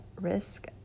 risk